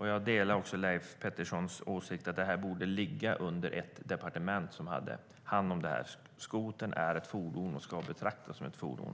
Jag delar också Leif Petterssons uppfattning att detta borde ligga under ett departement som har hand om det. Skotern är ett fordon och ska betraktas som ett sådant.